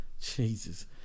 Jesus